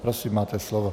Prosím, máte slovo.